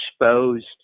exposed